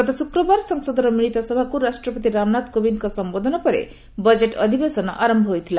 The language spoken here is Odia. ଗତ ଶୁକ୍ରବାର ସଂସଦର ମିଳିତ ସଭାକୁ ରାଷ୍ଟ୍ରପତି ରାମନାଥ କୋବିନ୍ଦଙ୍କ ସମ୍ବୋଧନ ପରେ ବଜେଟ୍ ଅଧିବେସନ ଆରମ୍ଭ ହୋଇଥିଲା